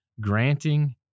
granting